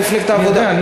אני ממפלגת העבודה.